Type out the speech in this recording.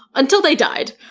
until they died.